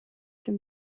den